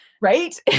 Right